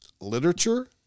literature